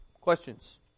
questions